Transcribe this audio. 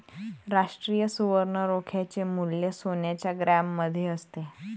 राष्ट्रीय सुवर्ण रोख्याचे मूल्य सोन्याच्या ग्रॅममध्ये असते